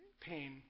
pain